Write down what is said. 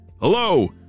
Hello